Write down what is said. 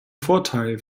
vorteil